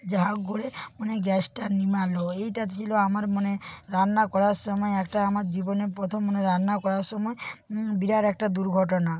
যা করে মানে গ্যাসটা নিমালো এইটা ছিলো আমার মানে রান্না করার সময় একটা আমার জীবনে প্রথম মানে রান্না করার সময় বিরাট একটা দুর্ঘটনা